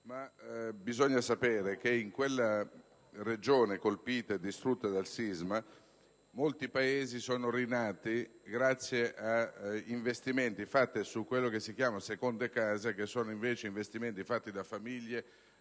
ma bisogna sapere che in quella Regione, colpita e distrutta dal sisma, molti paesi sono rinati grazie agli investimenti su quelle che vengono definite seconde case, ma che sono, in realtà, investimenti fatti da famiglie